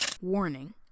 Warning